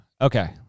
Okay